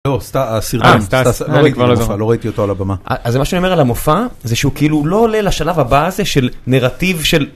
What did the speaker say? הסרטון, לא ראיתי אותו על הבמה. אז מה שאני אומר על המופע, זה שהוא כאילו לא עולה לשלב הבא הזה של נרטיב של